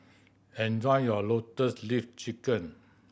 enjoy your Lotus Leaf Chicken